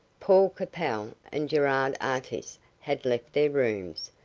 paul capel and gerard artis had left their rooms,